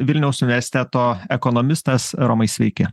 vilniaus uvesteto ekonomistas romai sveiki